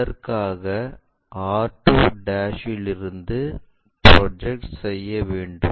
அதற்காக r2 இலிருந்து project செய்ய வேண்டும்